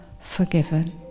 forgiven